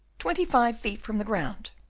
twenty-five feet from the ground!